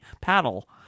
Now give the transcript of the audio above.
paddle